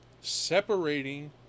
separating